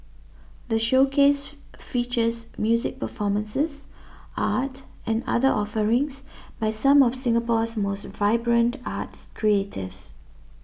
the showcase features music performances art and other offerings by some of Singapore's most vibrant arts creatives